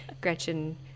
gretchen